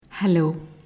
Hello